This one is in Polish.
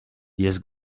jest